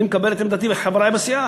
אני מקבל את עמדת חברי לסיעה,